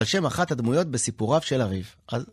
על שם אחת הדמויות בסיפוריו של הריף.